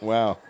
Wow